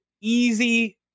easy